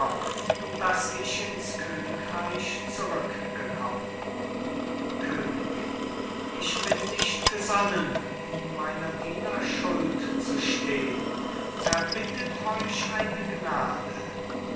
daß ich ins königreich zurückgekommen könig ich bin nicht gesonnen in meiner diener schuld zu stehn erbittet euch eine gnade